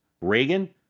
Reagan